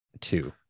two